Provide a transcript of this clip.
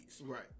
Right